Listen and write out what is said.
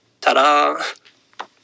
Ta-da